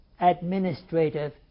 administrative